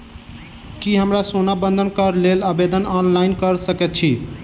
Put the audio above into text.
की हम सोना बंधन कऽ लेल आवेदन ऑनलाइन कऽ सकै छी?